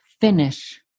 finish